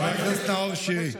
חבר הכנסת נאור שירי,